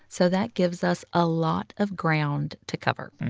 so that gives us a lot of ground to cover.